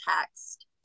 text